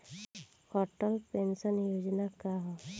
Atal pension योजना का ह?